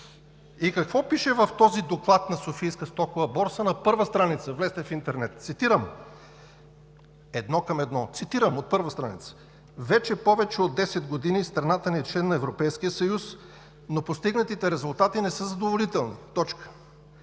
И какво пише в този доклад на Софийската стокова борса на първа страница – влезте в интернет. Цитирам едно към едно от първа страница: „Вече повече от 10 години страната ни е член на Европейския съюз, но постигнатите резултати не са задоволителни. Не